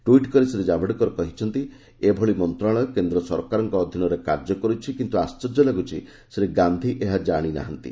tweet କରି ଶ୍ରୀ ଜାଭେଡକର କହିଛନ୍ତି ଏଭଳି ମନ୍ତ୍ରଣାଳୟ କେନ୍ଦ୍ର ସରକାରଙ୍କ ଅଧୀନରେ କାର୍ଯ୍ୟ କରୁଛି କିନ୍ତୁ ଆଶ୍ଚର୍ଯ୍ୟ ଲାଗୁଛି ଶ୍ରୀ ଗାନ୍ଧୀ ଏହା ଜାଣିନାହାନ୍ତି